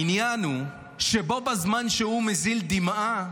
העניין הוא שבו בזמן שהוא מזיל דמעה,